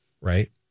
right